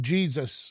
Jesus